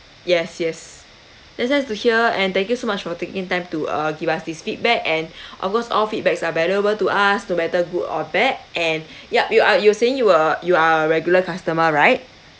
yes yes that's nice to hear and thank you so much for taking time to err give us this feedback and of course all feedbacks are valuable to us no matter good or bad and yup you are you were saying you were you are a regular customer right